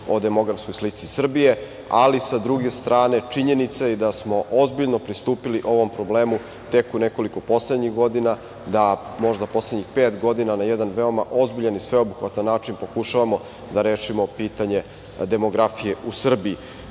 o demografskoj slici Srbije, ali sa druge strane činjenica je i da smo ozbiljno pristupili ovom problemu tek u nekoliko poslednjih godina, možda poslednjih pet godina, da na jedan veoma ozbiljan i sveobuhvatan način pokušavamo da rešimo pitanje demografije u Srbiji. Sama